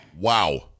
wow